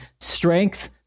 strength